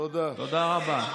תודה רבה.